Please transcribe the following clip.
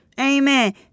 Amen